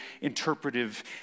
interpretive